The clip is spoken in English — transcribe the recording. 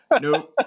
No